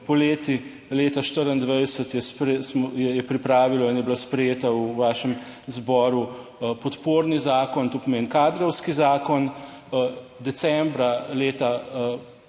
poleti leta 2024 je pripravilo in je bila sprejeta v vašem zboru podporni zakon, to pomeni kadrovski zakon. Decembra leta